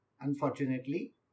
unfortunately